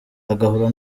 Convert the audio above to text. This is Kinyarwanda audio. agahura